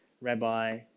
rabbi